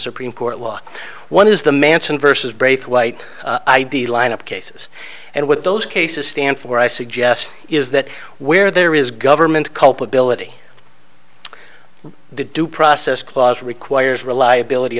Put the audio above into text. supreme court law one is the manson versus braithwaite the line of cases and what those cases stand for i suggest is that where there is government culpability the due process clause requires reliability